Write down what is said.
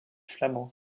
flamand